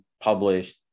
published